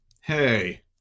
hey